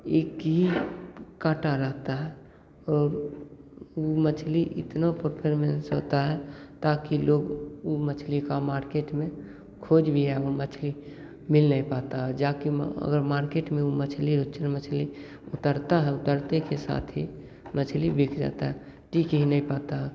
एक ही काँटा रहता है और मछली इतना पफेर्मन्स रहता है ताकि लोग उस मछली का मार्किट में खोज भी है वो मछ्ली मिल नहीं पाता है और जाके म अगर मार्किट में वो मछली रुच्चन मछली उतरता है उतरते के साथ ही मछली बिक जाता है टिक ही नहीं पाता